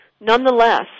Nonetheless